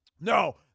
No